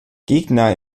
gegner